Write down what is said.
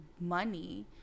money